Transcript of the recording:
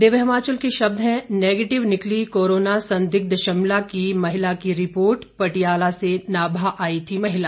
दिव्य हिमाचल के शब्द हैं नेगेटिव निकली कोरोना संदिग्ध शिमला की महिला की रिपोर्ट पटियाला से नाभा आई थी महिला